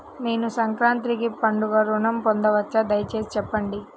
నేను సంక్రాంతికి పండుగ ఋణం పొందవచ్చా? దయచేసి చెప్పండి?